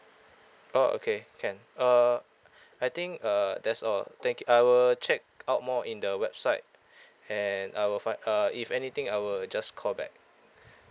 oh okay can uh I think uh that's all thank you I will check out more in the website and I will find uh if anything I will just call back